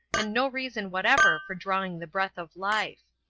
and no reason whatever for drawing the breath of life.